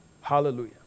Hallelujah